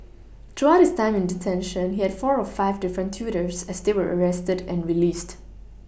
throughout his time in detention he had four or five different tutors as they were arrested and released